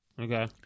okay